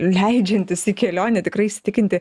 leidžiantis į kelionę tikrai įsitikinti